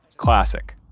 classic.